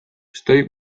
estoy